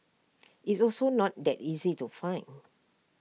it's also not that easy to find